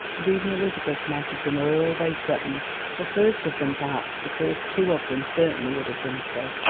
and even elizabeth might have done all they threatened the first of them, perhaps the first two of them, certainly would have done so.